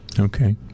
Okay